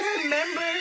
remember